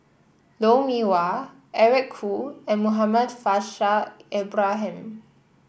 Lou Mee Wah Eric Khoo and Muhammad Faishal Ibrahim